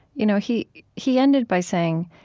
you know he he ended by saying,